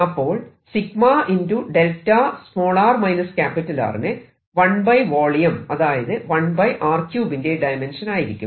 അപ്പോൾ 𝜎 ✕ δ ന് 1 വോളിയം അഥവാ 1r3 ന്റെ ഡയമെൻഷൻ ആയിരിക്കും